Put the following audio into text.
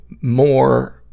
more